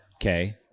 Okay